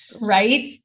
Right